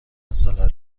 سالاد